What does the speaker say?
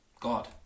god